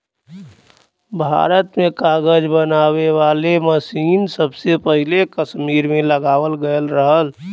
भारत में कागज बनावे वाला मसीन सबसे पहिले कसमीर में लगावल गयल रहल